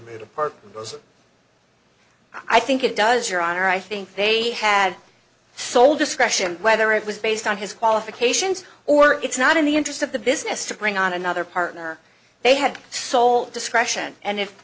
made a part i think it does your honor i think they had sole discretion whether it was based on his qualifications or it's not in the interest of the business to bring on another partner they had sole discretion and i